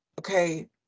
Okay